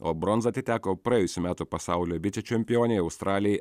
o bronza atiteko praėjusių metų pasaulio vicečempionei australei